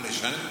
אה, להישען?